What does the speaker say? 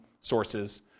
sources